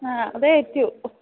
ആഹ് അതേറ്റു